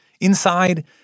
Inside